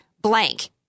blank